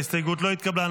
ההסתייגות לא התקבלה.